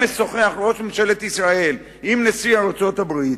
משוחח ראש ממשלת ישראל עם נשיא ארצות-הברית,